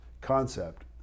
concept